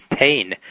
pain